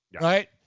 right